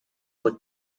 for